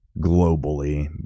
globally